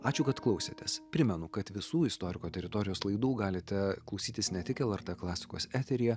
ačiū kad klausėtės primenu kad visų istoriko teritorijos laidų galite klausytis ne tik lrt klasikos eteryje